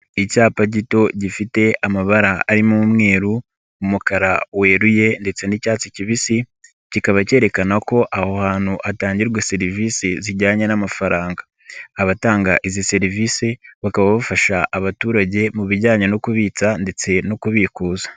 Icyapa gito gifite amabara arimo umweru, umukara weruye ndetse n'icyatsi kibisi kikaba kerekana ko aho hantu hatangirwa serivisi zijyanye n'amafaranga, abatanga izi serivisi bakaba bafasha abaturage mu bijyanye no kubitsa ndetse no kubikuza.